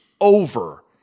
over